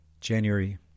January